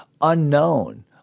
unknown